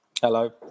Hello